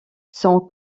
sont